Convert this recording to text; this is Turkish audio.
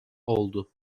oldu